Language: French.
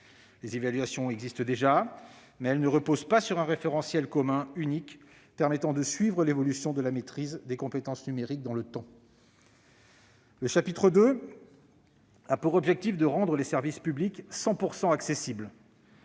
Les évaluations existent déjà, mais elles ne reposent pas sur un référentiel commun unique permettant de suivre l'évolution de la maîtrise des compétences numériques dans le temps. Le chapitre II a pour objectif de rendre les services publics 100 % accessibles,